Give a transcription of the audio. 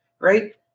right